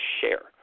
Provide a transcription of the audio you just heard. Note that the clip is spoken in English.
share